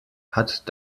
hat